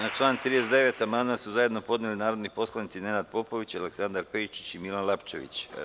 Na član 39. amandman su zajedno podneli narodni poslanici Nenad Popović, Aleksandar Pejčić i Milan Lapčević.